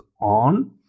on